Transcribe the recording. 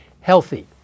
healthy